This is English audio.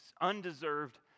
Undeserved